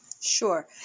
Sure